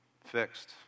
fixed